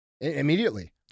immediately